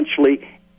essentially